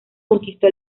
conquistó